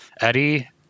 Eddie